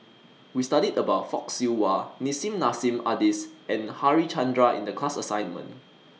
We studied about Fock Siew Wah Nissim Nassim Adis and Harichandra in The class assignment